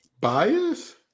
Bias